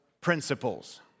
principles